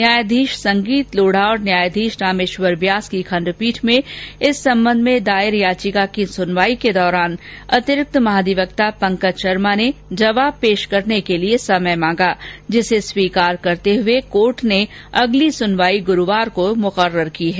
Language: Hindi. न्यायाधीश संगीत लोढा तथा न्यायाधीश रामेश्वर व्यास की खंडपीठ में इस संबंध में दायर याचिका की सुनवाई के दौरान अतिरिक्त महाधिवक्ता पंकज शर्मा ने जवाब पेश करने के लिए समय मांगा जिसे स्वीकार करते हुए कोर्ट ने अगली सुनवाई गुरूवार को मुकर्रर की है